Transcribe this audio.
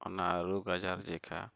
ᱚᱱᱟ ᱨᱳᱜᱽᱼᱟᱡᱟᱨ ᱞᱮᱠᱟ